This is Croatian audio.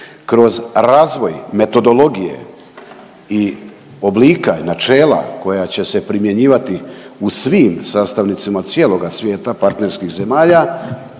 Kroz razvoj metodologije i oblika, načela koja će se primjenjivati u svim sastavnicima cijeloga svijeta partnerskih zemalja,